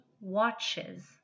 watches